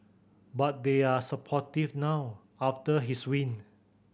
but they are supportive now after his win